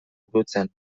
burutzen